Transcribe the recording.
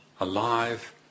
alive